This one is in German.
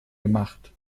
gemacht